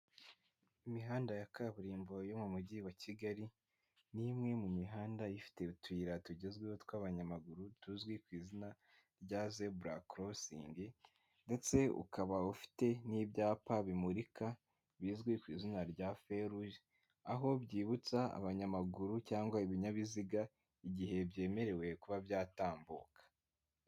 Imihanda ya kaburimbo yo mu mujyi wa kigali, ni imwe mu mihanda ifite utuyira tugezweho tw'abanyamaguru, tuzwi ku izina rya zebura korosingi, ndetse ukaba ufite n'ibyapa bimurika bizwi ku izina rya feruge, aho byibutsa abanyamaguru cyangwag ibinyabiziga igihe byemerewe kuba byatambuka.